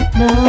no